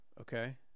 Okay